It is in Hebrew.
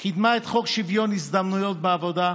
היא קידמה את חוק שוויון הזדמנויות בעבודה,